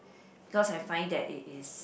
because I find that it is